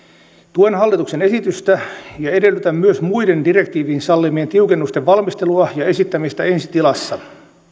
tuen hallituksen esitystä ja edellytän myös muiden direktiivin sallimien tiukennusten valmistelua ja esittämistä ensi tilassa